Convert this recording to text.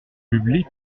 public